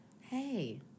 Hey